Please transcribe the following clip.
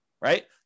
right